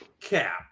Cap